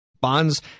Bonds